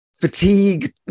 fatigue